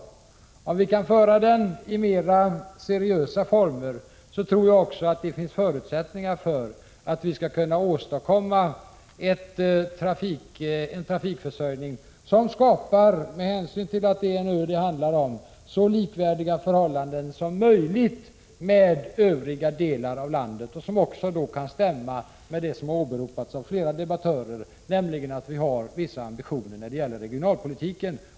Om vi kan föra debatten i mer seriösa former tror jag också att det finns förutsättningar för att vi skall kunna åstadkomma en trafikförsörjning som skapar — med hänsyn till att det är en ö det handlar om — så likvärdiga förhållanden som möjligt i jämförelse med övriga delar av landet och som också kan stämma med det som har åberopats av flera debattörer, nämligen att vi har vissa ambitioner när det gäller regionalpolitiken.